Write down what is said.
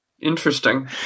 Interesting